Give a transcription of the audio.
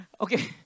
Okay